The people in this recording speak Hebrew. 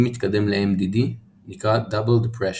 אם מתקדם לMDD נקרא Double depression.